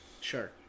Sure